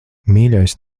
mīļais